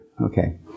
okay